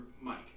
Mike